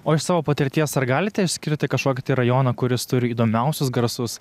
o iš savo patirties ar galite išskirti kažkokį tai rajoną kuris turi įdomiausius garsus